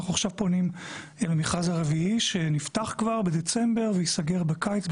אנחנו עכשיו פונים אל המכרז הרביעי שנפתח כבר בדצמבר וייסגר בקיץ,